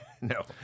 No